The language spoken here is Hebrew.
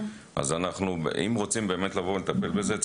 אם רוצים לבוא ובאמת לטפל בזה,